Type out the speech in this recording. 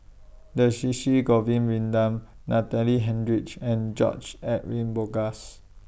Govin Winodan Natalie Hennedige and George Edwin Bogaars